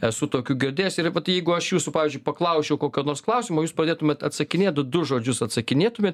esu tokių girdėjęs ir vat jeigu aš jūsų pavyzdžiui paklausčiau kokio nors klausimo jūs pradėtumėt atsakinėt du žodžius atsakinėtumėt